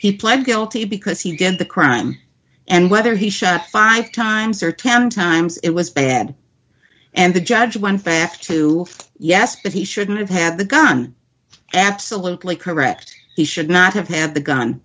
he pled guilty because he did the crime and whether he shot five times or ten times it was bad and the judge went back to yes but he shouldn't have had the gun absolutely correct he should not have had the gun